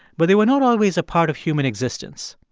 but they were not always a part of human existence.